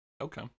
Okay